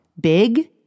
big